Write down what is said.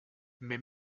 mes